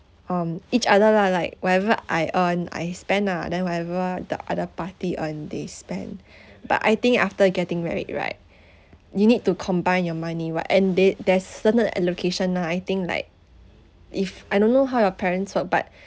um each other lah like whatever I earn I spend ah then whatever the other party earn they spent but I think after getting married right you need to combine your money what end did there's certain allocation ah I think like if I don't know how your parents work but